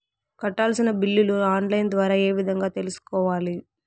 కట్టాల్సిన బిల్లులు online ద్వారా ఏ విధంగా తెలుసుకోవాలి?